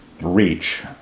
reach